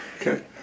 Okay